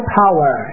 power